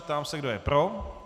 Ptám se, kdo je pro.